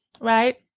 right